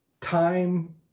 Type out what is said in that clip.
time